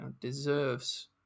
deserves